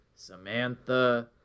Samantha